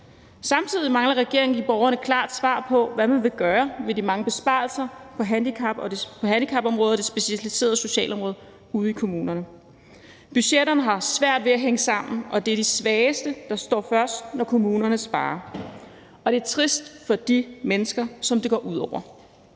Samtidig mangler regeringen at give borgerne et klart svar på, hvad man vil gøre ved de mange besparelser på handicapområdet og det specialiserede socialområde ude i kommunerne. Budgetterne har svært ved at hænge sammen, og det er de svageste, der står først, når kommunerne sparer, og det er trist for de mennesker, som det går ud over.